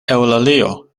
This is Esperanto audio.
eŭlalio